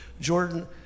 Jordan